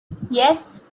yes